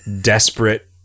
desperate